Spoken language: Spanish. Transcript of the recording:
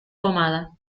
pomada